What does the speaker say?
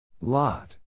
Lot